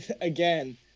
again